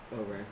over